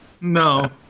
No